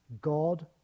God